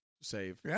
save